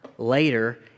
Later